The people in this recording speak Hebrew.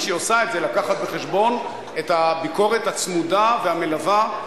הצלחה בעיני זה לדעת לפעום בקצב של החיים הציבוריים בארץ,